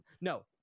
no